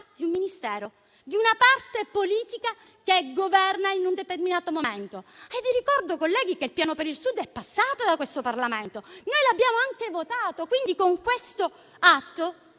di un Ministero, di una parte politica che governa in un determinato momento. Vi ricordo colleghi che il Piano per il Sud è passato da questo Parlamento e noi l'abbiamo anche votato. Con questo atto